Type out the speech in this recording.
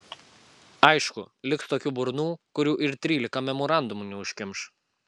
aišku liks tokių burnų kurių ir trylika memorandumų neužkimš